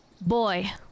boy